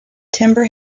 timber